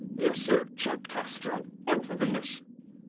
yes, sir, choked astro. i'm from venus.